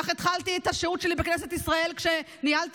כך התחלתי את השירות שלי בכנסת ישראל כשניהלתי